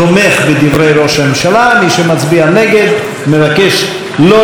מי שמצביע נגד, מבקש לא לקבל את הודעתו.